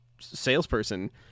salesperson